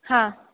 हां